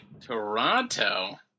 Toronto